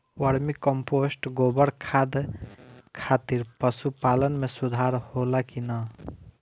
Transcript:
Vermi compost गोबर खाद खातिर पशु पालन में सुधार होला कि न?